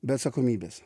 be atsakomybės